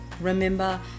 remember